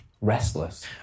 restless